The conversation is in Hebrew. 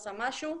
עשה משהו.